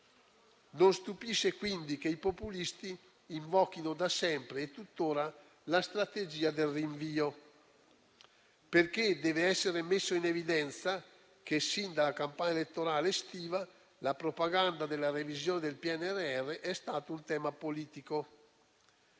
Non stupisce quindi che i populisti invochino da sempre e tuttora la strategia del rinvio. Deve essere messo in evidenza che, sin dalla campagna elettorale estiva, la propaganda della revisione del PNRR è stato un tema politico